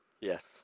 Yes